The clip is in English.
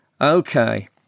Okay